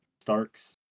starks